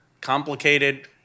complicated